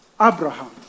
Abraham